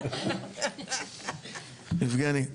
יבגני,